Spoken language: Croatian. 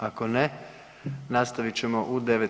Ako ne, nastavit ćemo u 9,